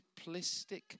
simplistic